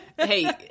hey